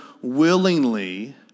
willingly